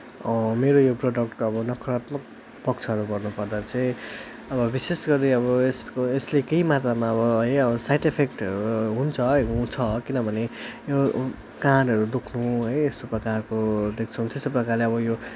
मेरो यो प्रोडक्टको अब नकारात्मक पक्षहरू भन्नुपर्दा चाहिँ अब विशेषगरी अब यसको यसले केही मात्रामा अब है अब साइड इफेक्ट हुन्छ छ किनभने यो कानहरू दुख्नु है यस्तो प्रकारको देख्छौँ त्यस्तो प्रकारले अब यो